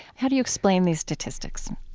how do you explain these statistics?